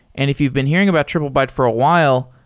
and if you've been hearing about triplebyte for a while,